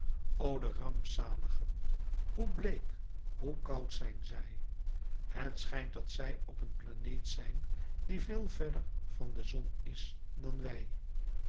de rampzaligen hoe bleek hoe koud zijn zij het schijnt dat zij op een planeet zijn die veel verder van de zon is dan wij